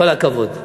כל הכבוד.